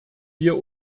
wir